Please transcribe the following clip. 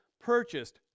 purchased